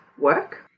work